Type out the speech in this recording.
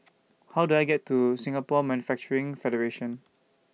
How Do I get to Singapore Manufacturing Federation